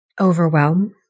overwhelm